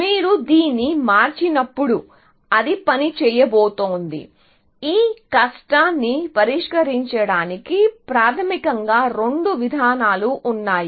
మీరు దీన్ని మార్చినప్పుడు అది పని చేయబోతోంది ఈ కష్టాన్ని పరిష్కరించడానికి ప్రాథమికంగా రెండు విధానాలు ఉన్నాయి